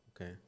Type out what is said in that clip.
okay